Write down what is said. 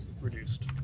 Reduced